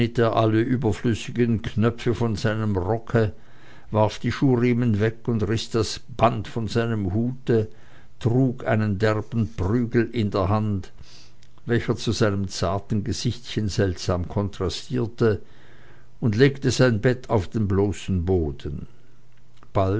alle überflüssigen knöpfe von seinem rocke warf die schuhriemen weg und riß das band von seinem hute trug einen derben prügel in der hand welcher zu seinem zarten gesichtchen seltsam kontrastierte und legte sein bett auf den bloßen boden